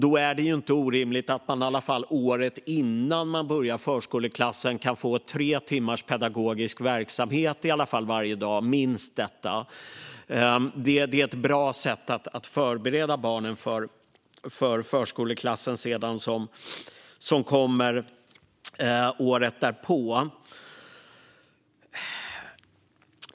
Då är det inte orimligt att man i alla fall året innan man börjar i förskoleklassen kan få minst tre timmars pedagogisk verksamhet varje dag. Det är ett bra sätt att förbereda barnen för förskoleklassen, som kommer året därpå.